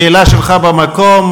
השאלה שלך במקום,